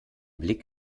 blick